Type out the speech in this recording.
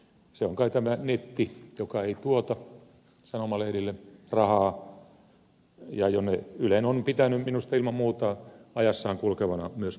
se on kai tämä netti joka ei tuota sanomalehdille rahaa ja jonne ylen on pitänyt minusta ilman muuta ajassaan kulkevana myös mennä